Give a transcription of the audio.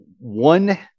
one